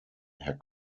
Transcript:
herr